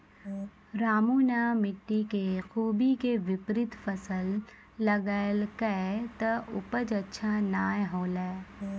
रामू नॅ मिट्टी के खूबी के विपरीत फसल लगैलकै त उपज अच्छा नाय होलै